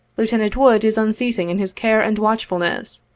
lieutenant wood is unceasing in his care and watchfulness,